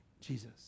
Jesus